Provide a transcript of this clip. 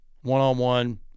one-on-one